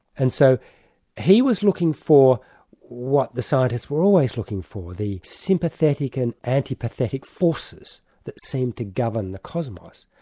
and so he was looking for what the scientists were always looking for, the sympathetic and antipathetic forces that seemed to gather in the cosmos.